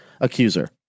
accuser